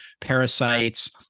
parasites